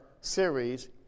series